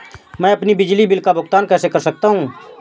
मैं अपने बिजली बिल का भुगतान कैसे कर सकता हूँ?